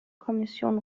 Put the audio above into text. kommission